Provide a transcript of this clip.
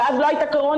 ואז לא הייתה קורונה,